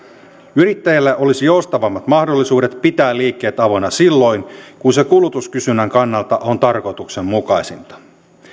yrittäjillä olisi joustavammat mahdollisuudet pitää liikkeet avoinna silloin kun se kulutuskysynnän kannalta on tarkoituksenmukaisinta